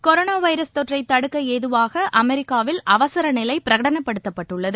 coronavirus தொற்றைதடுக்கஏதுவாகஅமெரிக்காவில் அவசரநிலைபிரகடனப்படுத்தப்பட்டுள்ளது